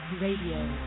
Radio